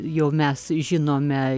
jau mes žinome